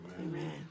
Amen